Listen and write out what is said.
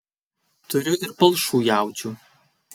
turiu ir palšų jaučių